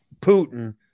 Putin